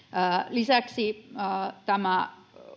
lisäksi tämä